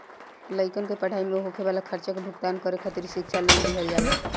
लइकन के पढ़ाई में होखे वाला खर्चा के भुगतान करे खातिर शिक्षा लोन दिहल जाला